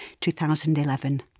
2011